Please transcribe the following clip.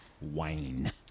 Wayne